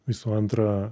visų antra